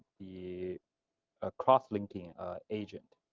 the ah cross linking agent